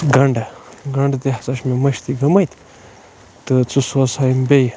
گَنڈٕ گَنٛڈٕ تہِ ہَسا چھِ مےٚ مٔشتٕے گٔمٕتۍ تہٕ ژٕ سوز سا یِم بیٚیہِ